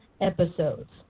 episodes